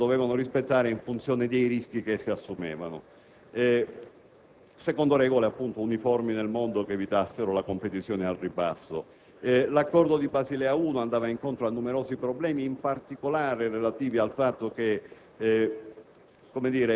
che le banche dovevano rispettare in funzione dei rischi che si assumevano, secondo regole uniformi nel mondo che evitassero la competizione al ribasso. L'Accordo di Basilea 1 andava incontro a numerosi problemi, relativi in particolare al fatto che